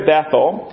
Bethel